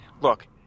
Look